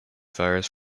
virus